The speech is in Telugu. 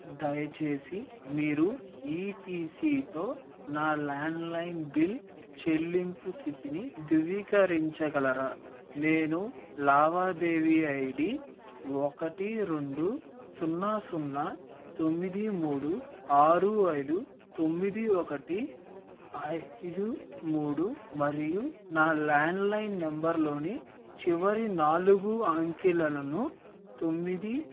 దయచేసి మీరు ఈ టీ సీతో నా ల్యాండ్లైన్ బిల్ చెల్లింపు సితిని ధృవీకరించగలరా నేను లావాదేవీ ఐ డి ఒకటి రెండు సున్నా సున్నా తొమ్మిది మూడు ఆరు ఐదు తొమ్మిది ఒకటి ఐదు మూడు మరియు నా ల్యాండ్లైన్ నెంబర్లోని చివరి నాలుగు అంకెలను తొమ్మిది